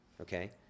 Okay